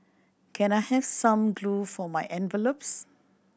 can I have some glue for my envelopes